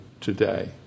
today